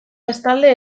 bestalde